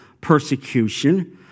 persecution